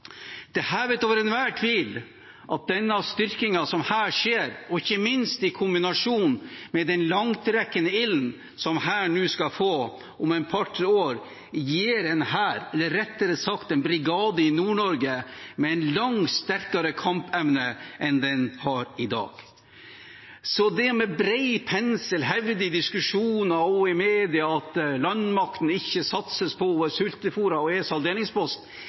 Det er hevet over enhver tvil at styrkingen som her skjer, ikke minst i kombinasjon med den langtrekkende ilden som Hæren skal få om et par–tre år, gir en hær – eller rettere sagt en brigade i Nord-Norge – med en langt sterkere kampevne enn den har i dag. Med bred pensel å hevde i diskusjoner og media at landmakten ikke satses på, at den er sultefôret og